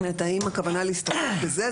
האם הכוונה להסתפק בזה,